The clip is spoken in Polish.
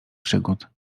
przygód